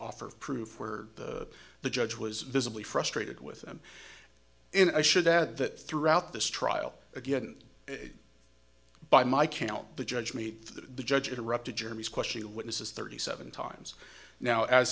offer proof were the judge was visibly frustrated with them and i should add that throughout this trial again by my count the judge me the judge interrupted germy question of witnesses thirty seven times now as